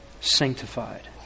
sanctified